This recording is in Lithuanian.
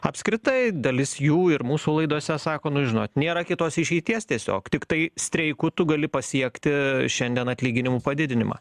apskritai dalis jų ir mūsų laidose sako nu žinot nėra kitos išeities tiesiog tiktai streiku tu gali pasiekti šiandien atlyginimų padidinimą